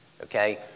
Okay